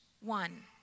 one